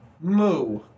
Moo